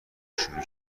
شروع